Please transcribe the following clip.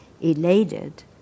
elated